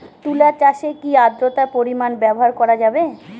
তুলা চাষে কি আদ্রর্তার পরিমাণ ব্যবহার করা যাবে?